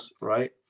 right